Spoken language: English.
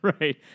right